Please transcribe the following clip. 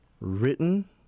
Written